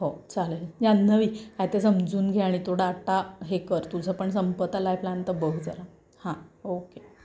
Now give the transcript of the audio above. हो चालेल जान्हवी काय ते समजून घ्या आणि तो डाटा हे कर तुझं पण संपत आलाय प्लॅन तर बघ जरा हां ओके